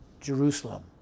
Jerusalem